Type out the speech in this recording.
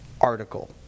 article